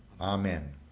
Amen